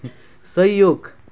सहयोग